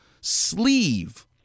sleeve